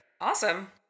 Awesome